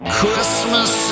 Christmas